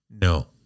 No